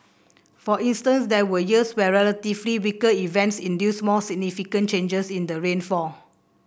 for instance there were years where relatively weaker events induced more significant changes in the rainfall